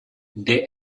they